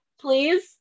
please